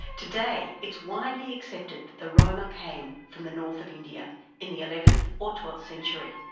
today it's widely accepted that the roma came from the north of india in the eleventh or twelfth century.